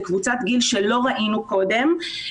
זו קבוצת גיל שלא ראינו קודם,